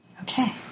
Okay